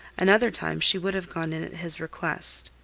another time she would have gone in at his request.